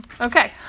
Okay